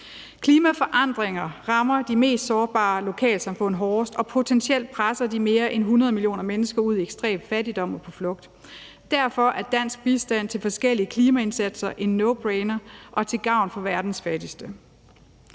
Klimaforandringerne rammer de mest sårbare lokalsamfund hårdest og presser potentielt de mere end 100 millioner mennesker ud i ekstrem fattigdom og på flugt. Derfor er den danske bistand til forskellige klimaindsatser en nobrainer og til gavn for verdens fattigste.